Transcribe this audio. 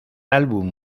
álbum